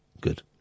Good